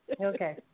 Okay